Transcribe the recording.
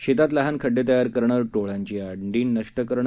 शेतात लहान खड्डे तयार करणं टोळांची अंडी नष्ट करणं